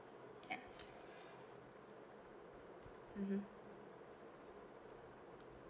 yeah mmhmm